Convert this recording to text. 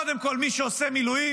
קודם כול מי שעושה מילואים.